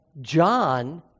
John